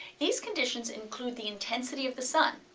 these conditions include the intensity of the sun,